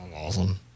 awesome